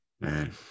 Man